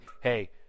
hey